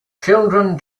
children